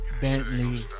Bentley